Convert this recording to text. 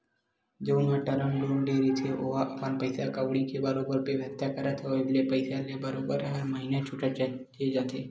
जउन ह term loan ले रहिथे ओहा अपन पइसा कउड़ी के बरोबर बेवस्था करत होय पइसा ल बरोबर हर महिना छूटत चले जाथे